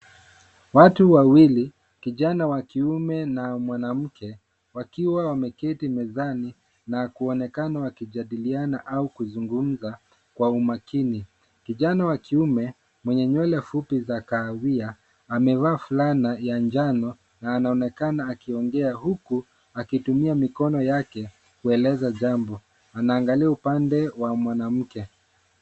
Watu wawili, kijana wa kiume na mwanamke, wakiwa wameketi mezani, na kuonekana wakijadiliana au kuzungumza, kwa umakini. Kijana wa kiume, mwenye nywele fupi za kahawia, amevaa fulana ya njano, na anaonekana akiongea huku, akitumia mikono yake, kueleza jambo. Anaangalia upande wa mwanamke.